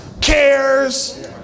cares